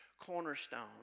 cornerstone